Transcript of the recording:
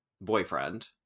boyfriend